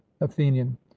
athenian